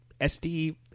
SD